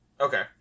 Okay